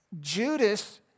Judas